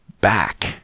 back